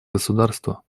государство